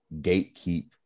gatekeep